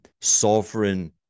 sovereign